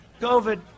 COVID